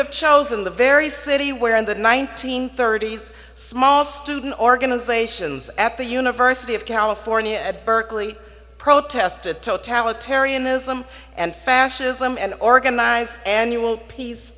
have chosen the very city where in the nineteenth thirty's small student organizations at the university of california at berkeley protested totalitarianism and fascism and organize annual pea